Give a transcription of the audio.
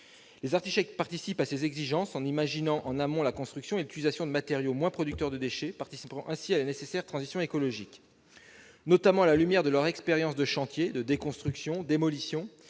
Les architectes participent à ces exigences en imaginant, en amont, la construction et l'utilisation de matériaux moins producteurs de déchets, participant ainsi à la nécessaire transition écologique. Notamment, à la lumière de leur expérience de chantiers de déconstruction/démolition,